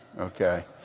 okay